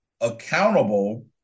accountable